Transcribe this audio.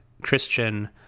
Christian